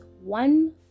one